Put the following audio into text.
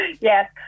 Yes